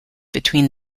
between